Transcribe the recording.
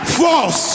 false